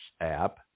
app